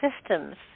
systems